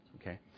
okay